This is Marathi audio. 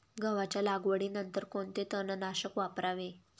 गव्हाच्या लागवडीनंतर कोणते तणनाशक वापरावे?